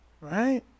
Right